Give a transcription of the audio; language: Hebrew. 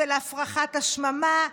של הפרחת השממה,